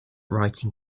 writing